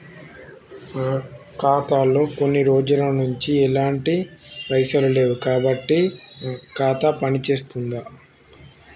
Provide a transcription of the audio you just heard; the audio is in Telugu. నా ఖాతా లో కొన్ని రోజుల నుంచి ఎలాంటి పైసలు లేవు కాబట్టి నా ఖాతా పని చేస్తుందా?